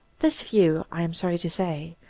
this view, i am sorry to say,